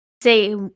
say